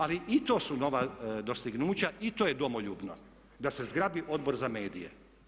Ali i to su nova dostignuća i to je domoljubno da se zgrabi Odbor za medije.